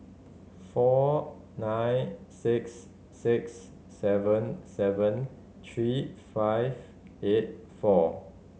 four nine six six seven seven three five eight four